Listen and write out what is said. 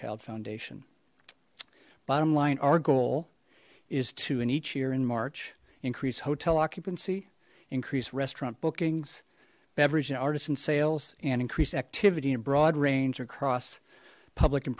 child foundation bottom line our goal is to an each year in march increase hotel occupancy increase restaurant bookings beverage and artisan sales and increase activity in broad range across public and